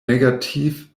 negative